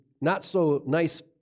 not-so-nice